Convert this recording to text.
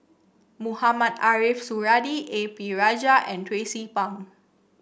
Mohamed Ariff Suradi A P Rajah and Tracie Pang